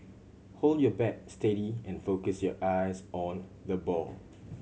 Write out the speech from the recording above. hold your bat steady and focus your eyes on the ball